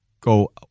go